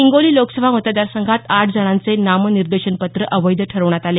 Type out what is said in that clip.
हिंगोली लोकसभा मतदारसंघात आठ जणांचे नामनिर्देशन पत्र अवैध ठरविण्यात आले